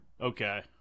Okay